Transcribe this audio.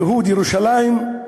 ייהוד ירושלים.